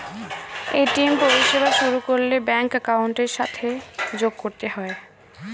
ATM পরিষেবা শুরু করলে ব্যাঙ্ক অ্যাকাউন্টের সাথে যোগ করতে হয়